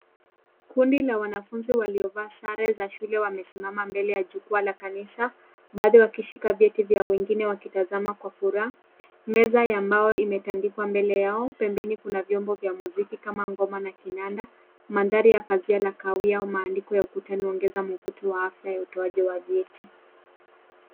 Kundi la wanafunzi waliovaa sare za shule wamesimama mbele ya jukuwa la kanisa. Baadhi wakishika vyeti vya wengine wakitazama kwa furaha. Meza ya mbao imetandikwa mbele yao. Pembeni kuna vyombo vya mziki kama ngoma na kinanda. Mandhari ya pazia kahawia na maandiko ya ukuta inaongeza makuti afya wa utoaji wa vyeti